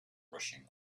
rushing